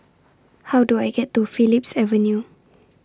How Do I get to Phillips Avenue